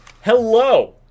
Hello